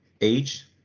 age